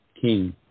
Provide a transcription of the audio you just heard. king